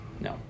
No